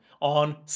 on